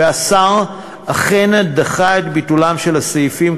והשר אכן דחה את ביטול הסעיפים,